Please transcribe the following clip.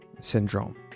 syndrome